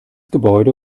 gebäude